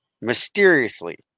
mysteriously